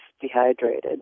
dehydrated